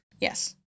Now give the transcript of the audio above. Yes